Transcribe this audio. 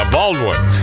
Baldwin